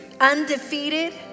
Undefeated